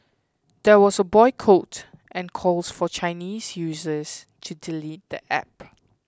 there was a boycott and calls for Chinese users to delete the app